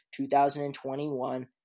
2021